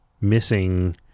missing